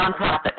Nonprofit